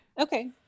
Okay